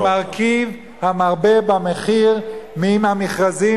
להוציא את מרכיב המרבה במחיר מהמכרזים